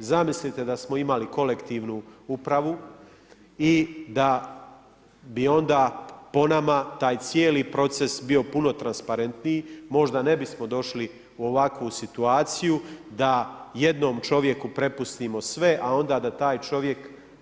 Zamislite da smo imali kolektivnu upravu i da bi onda po nama taj cijeli proces bio puno transparentniji, možda ne bismo došli u ovakvu situaciju da jednom čovjeku prepustimo sve a onda da taj čovjek